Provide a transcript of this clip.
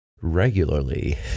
regularly